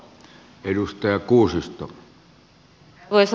arvoisa puhemies